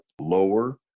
Lower